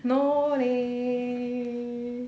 no leh